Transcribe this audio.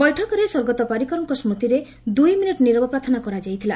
ବୈଠକରେ ସ୍ୱର୍ଗତ ପରିକରଙ୍କ ସ୍ବତିରେ ଦୁଇ ମିନିଟ୍ ନିରବ ପ୍ରାର୍ଥନା କରାଯାଇଥିଲା